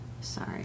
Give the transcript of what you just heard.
Sorry